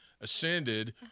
ascended